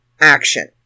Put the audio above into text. action